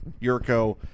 Yurko